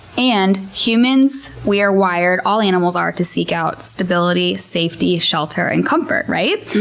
and humans, we are wired, all animals are, to seek out stability, safety, shelter, and comfort. right?